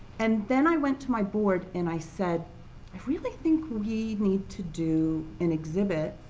and then i went to my board and i said, i really think we need to do an exhibit,